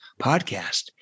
podcast